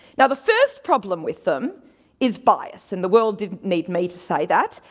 now the first problem with them is bias, and the world didn't need me to say that.